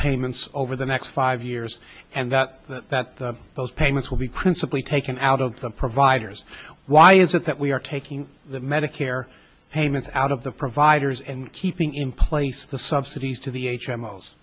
payments over the next five years and that that those payments will be principally taken out of the providers why is it that we are taking the medicare payments out of the providers and keeping in place the subsidies to the h